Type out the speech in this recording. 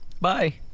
Bye